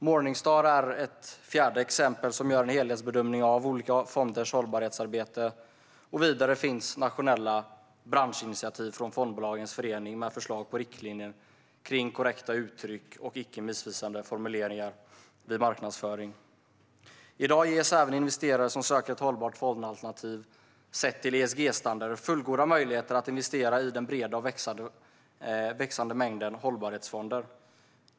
Morningstar är ett fjärde exempel som gör en helhetsbedömning av olika fonders hållbarhetsarbete, och vidare finns nationella branschinitiativ från Fondbolagens förening med förslag på riktlinjer för korrekta uttryck och icke missvisande formuleringar vid marknadsföring. I dag ges även investerare som söker ett hållbart fondalternativ sett till ESG-standarder fullgoda möjligheter att investera i den breda och växande mängden hållbarhetsfonder.